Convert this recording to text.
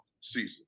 season